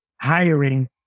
hiring